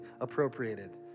appropriated